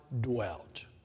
dwelt